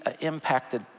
impacted